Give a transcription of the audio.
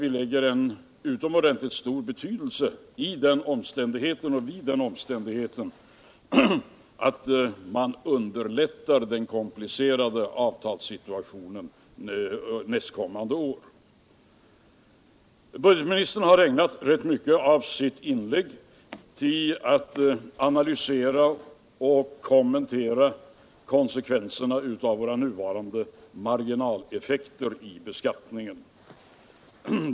Vi fäster utomordentligt stor vikt vid att man underlättar den komplicerade avtalssituationen nästa år. Budgetministern har ägnat rätt mycket av sitt inlägg åt att analysera och kommentera konsekvenserna av våra nuvarande marginaleffekter i beskattningen.